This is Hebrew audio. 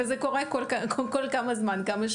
וזה קורה כל כמה שבועות,